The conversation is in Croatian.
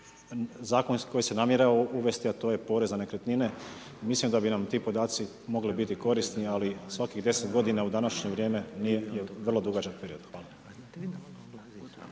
zakon koji se namjerava uvesti a to je porez na nekretnine, mislim da bi nam ti podaci mogli biti korisni ali svakih 10 godina u današnje vrijeme (nije) je vrlo dugačak period. Hvala